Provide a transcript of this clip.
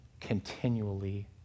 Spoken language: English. continually